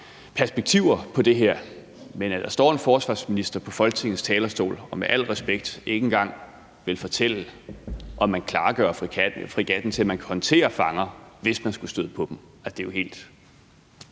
respekt er det, at der står en forsvarsminister på Folketingets talerstol, som ikke engang vil fortælle, om man klargør fregatten til, at man kan håndtere fanger, hvis man skulle støde på dem, jo helt